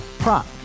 Prop